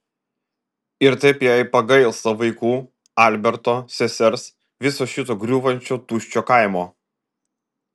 ir taip jai pagailsta vaikų alberto sesers viso šito griūvančio tuščio kaimo